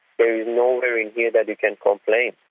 there is nowhere in here that you can complain,